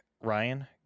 Ryan